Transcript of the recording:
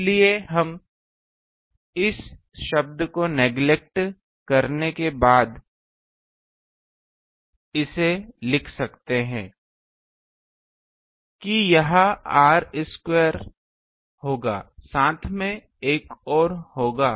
इसलिए हम इस शब्द को नेग्लेक्ट करने के बाद इसे लिख सकते हैं कि यह r स्क्वायर होगा साथ में एक और होगा